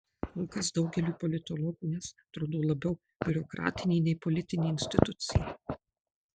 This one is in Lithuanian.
kol kas daugeliui politologų es atrodo labiau biurokratinė nei politinė institucija